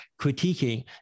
critiquing